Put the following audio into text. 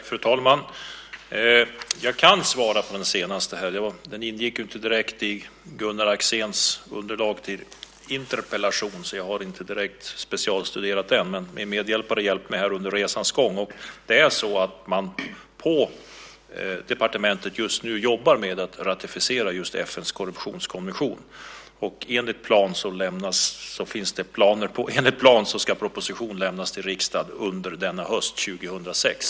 Fru talman! Jag kan svara på den sista frågan. Den ingick inte direkt i Gunnar Axéns interpellation, så jag har inte direkt specialstuderat den. Men min medhjälpare har hjälpt mig här under resans gång. På departementet jobbar man just nu med att ratificera FN:s konvention mot korruption. Och enligt planen ska proposition lämnas till riksdagen under hösten 2006.